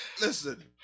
Listen